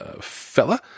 fella